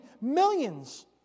millions